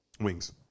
Wings